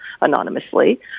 anonymously